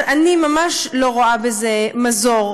אבל אני ממש לא רואה בזה מזור.